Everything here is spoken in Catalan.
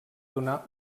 donar